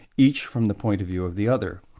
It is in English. each from the point of view of the other.